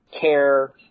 care